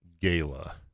Gala